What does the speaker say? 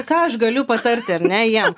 ką aš galiu patarti ar ne jiem